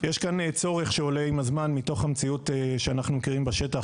יש כאן צורך שעולה עם הזמן מתוך המציאות שאנחנו מכירים בשטח,